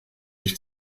sich